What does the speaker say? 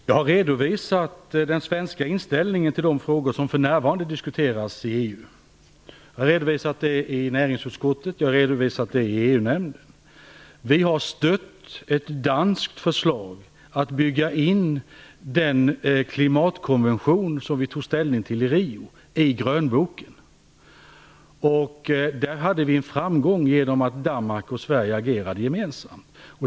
Herr talman! Jag har redovisat den svenska inställningen till de frågor som för närvarande diskuteras i EU. Jag har redovisat den i näringsutskottet och Vi har stött ett danskt förslag om att bygga in den klimatkonvention som vi tog ställning till i Rio i Grönboken. Där hade vi framgång genom att Danmark och Sverige agerade gemensamt.